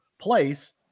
place